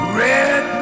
red